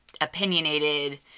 opinionated